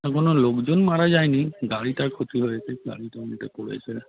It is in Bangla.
হ্যাঁ কোনো লোকজন মারা যায় নি গাড়িটার ক্ষতি হয়েছে গাড়িটা উলটে পড়েছে আর